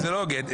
עשרה בעד.